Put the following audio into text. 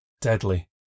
Deadly